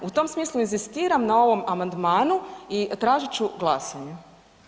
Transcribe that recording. U tom smislu inzistiram na ovom amandmanu i tražit ću glasanje.